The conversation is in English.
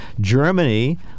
Germany